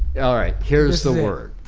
yeah alright here's the word.